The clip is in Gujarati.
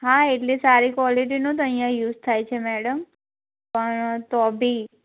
હા એટલે સારી ક્વૉલિટીનું જ અહીંયા યુસ થાય છે મેડમ પણ તો બી